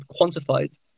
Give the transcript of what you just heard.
quantified